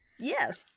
Yes